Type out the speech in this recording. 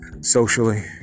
socially